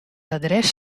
adres